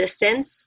distance